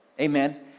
Amen